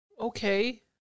Okay